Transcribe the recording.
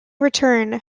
return